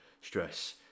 stress